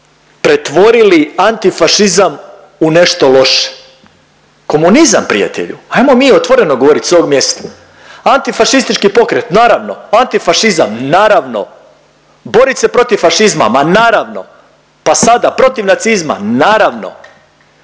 pretvorili antifašizam u nešto loše. Komunizam prijatelju, ajmo mi otvoreno govorit s ovog mjesta. Antifašistički pokret naravno, antifašizam naravno, borit se protiv fašizma ma naravno, pa sada protiv nacizma naravno